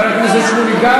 חבר הכנסת שמולי גם